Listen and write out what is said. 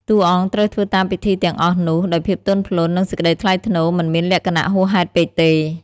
តួអង្គត្រូវធ្វើតាមពិធីទាំងអស់នោះដោយភាពទន់ភ្លន់ និងសេចក្តីថ្លៃថ្នូរ មិនមានលក្ខណៈហួសហេតុពេកទេ។